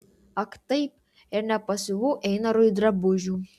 ak taip ir nepasiuvau einarui drabužių